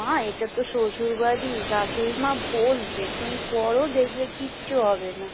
মা এটা তো শ্বশুরবাড়ি শাশুড়ি মা বলছে তুমি করো দেখবে কিচ্ছু হবে না